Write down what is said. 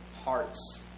hearts